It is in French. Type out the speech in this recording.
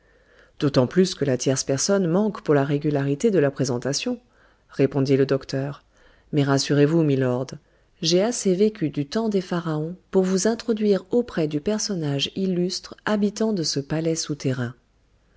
d'autant plus que la tierce personne manque pour la régularité de la présentation répondit le docteur mais rassurez-vous milord j'ai assez vécu du temps des pharaons pour vous introduire auprès du personnage illustre habitant de ce palais souterrain